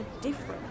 different